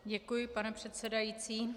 Děkuji, pane předsedající.